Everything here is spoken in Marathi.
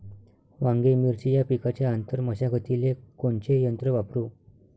वांगे, मिरची या पिकाच्या आंतर मशागतीले कोनचे यंत्र वापरू?